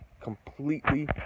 completely